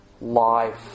life